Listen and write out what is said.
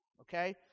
Okay